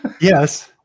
Yes